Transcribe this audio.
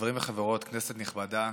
חברים וחברות, כנסת נכבדה,